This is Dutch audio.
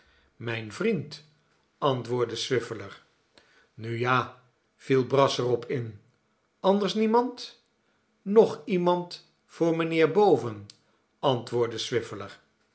mijn vriend antwoordde swiveller nu ja viel brass er op in anders niemand nog iemand voor mijnheer boven antwoordde